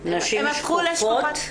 הן הפכו לשקופות --- נשים שקופות?